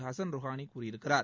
Hasan Rouhani கூறியிருக்கிறார்